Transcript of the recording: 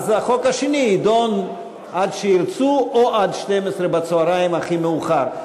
ואז החוק השני יידון עד שירצו או עד 12:00 הכי מאוחר.